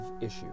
issue